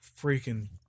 freaking